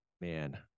man